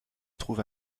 trouve